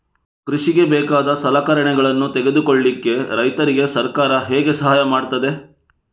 ಕೃಷಿಗೆ ಬೇಕಾದ ಸಲಕರಣೆಗಳನ್ನು ತೆಗೆದುಕೊಳ್ಳಿಕೆ ರೈತರಿಗೆ ಸರ್ಕಾರ ಹೇಗೆ ಸಹಾಯ ಮಾಡ್ತದೆ?